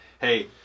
hey